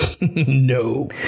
No